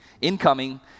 incoming